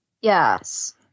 Yes